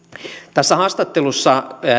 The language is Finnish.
tässä haastattelussa